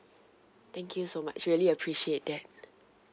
thank you so much really appreciate that